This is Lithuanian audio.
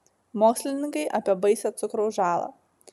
mokslininkai apie baisią cukraus žalą